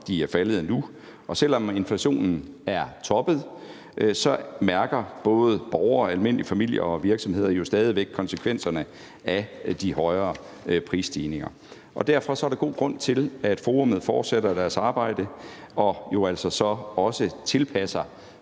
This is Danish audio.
de er faldet nu. Selv om inflationen er toppet, mærker både borgere, almindelige familier og virksomheder jo stadig væk konsekvenserne af de højere priser. Derfor er der god grund til, at forummet fortsætter deres arbejde og jo altså så også tilpasser